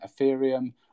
Ethereum